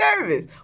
nervous